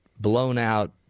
blown-out